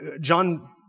John